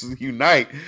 unite